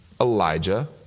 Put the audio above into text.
Elijah